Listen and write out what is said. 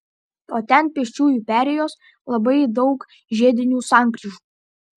o ten pėsčiųjų perėjos labai daug žiedinių sankryžų